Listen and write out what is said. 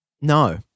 No